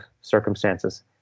circumstances